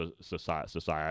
society